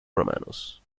romanos